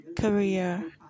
career